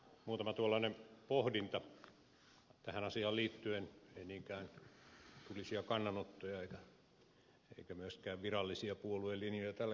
muutama pohdinta tähän asiaan liittyen ei niinkään tulisia kannanottoja eikä myöskään virallisia puoluelinjoja tällä kertaa